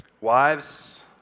Wives